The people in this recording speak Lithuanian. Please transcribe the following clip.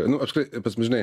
nu aš kai pas mus žinai